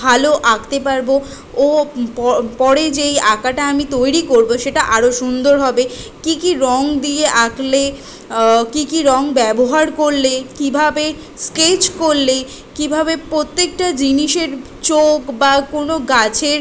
ভালো আঁকতে পারবো ও পরে যেই আঁকাটা আমি তৈরি করবো সেটা আরও সুন্দর হবে কী কী রঙ দিয়ে আঁকলে কী কী রঙ ব্যবহার করলে কীভাবে স্কেচ করলে কীভাবে প্রত্যেকটা জিনিসের চোখ বা কোনো গাছের